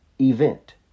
event